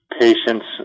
patients